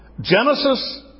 Genesis